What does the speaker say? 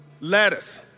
Lettuce